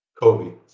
Kobe